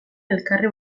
elkarri